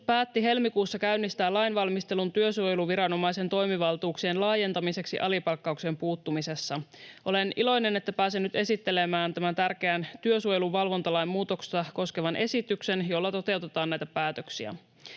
päätti helmikuussa käynnistää lainvalmistelun työsuojeluviranomaisen toimivaltuuksien laajentamiseksi alipalkkaukseen puuttumisessa. Olen iloinen, että pääsen nyt esittelemään tämän tärkeän työsuojelun valvontalain muutosta koskevan esityksen, jolla toteutetaan näitä päätöksiä.